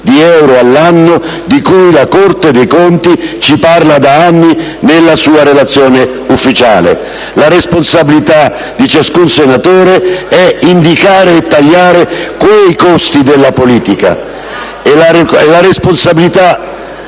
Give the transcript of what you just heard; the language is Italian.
di euro all'anno di cui la Corte dei conti ci parla da anni nella sua relazione ufficiale. La responsabilità di ciascun senatore è indicare e tagliare quei costi della politica,